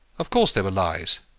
of course they were lies,